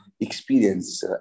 experience